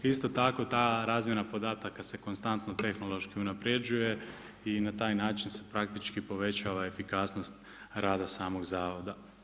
Isto tako ta razmjena podataka se konstantno tehnološki unapređuje i na taj način se praktički povećava efikasnost rada samog zavoda.